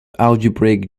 algebraic